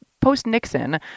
post-Nixon